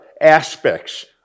aspects